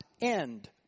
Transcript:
end